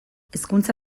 hezkuntza